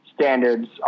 standards